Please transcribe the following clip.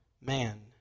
man